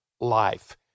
life